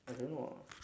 I don't know ah